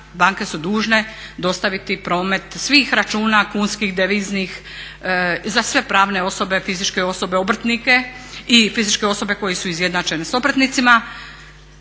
banke su dužne dostaviti promet svih računa kunskih, deviznih za sve pravne osobe, fizičke osobe, obrtnike i fizičke osobe koje su izjednačene s obrtnicima